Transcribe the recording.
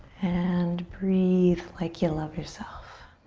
and breathe like you love yourself.